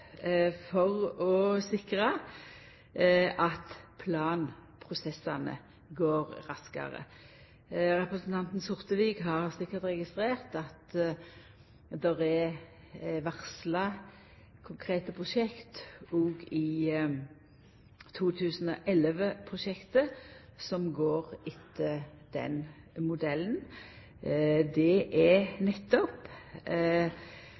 for å sikra at planprosessane går raskare. Representanten Sortevik har sikkert registrert at det er varsla konkrete prosjekt – òg 2011-prosjektet som går etter den modellen. Det er